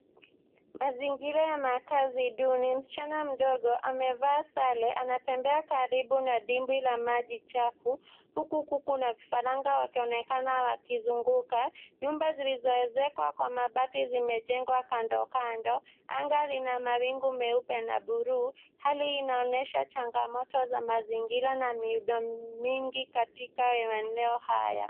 Mazingira ya makazi duni. Msichana mdogo amevaa sare. Anatembea karibu na dimbwi la maji chafu, huku kuku na kifaranga wakionekana wakizunguka. Nyumba zilizoezekwa kwa mabati zimejengwa kandokando. Anga lina mawingu meupe na blue . Hali hii inaonyesha changamoto za mazingira na miundo mingi katika maeneo haya.